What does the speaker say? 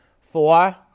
Four